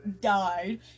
died